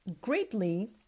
greatly